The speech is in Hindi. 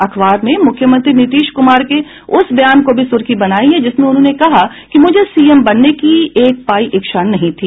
अखबार ने मुख्यमंत्री नीतीश कुमार के उस बयान को भी सुर्खी बनायी है जिसमें उन्होंने कहा है कि मुझे सीएम बनने की एक पाई इच्छा नहीं थी